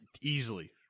Easily